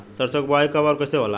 सरसो के बोआई कब और कैसे होला?